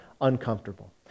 uncomfortable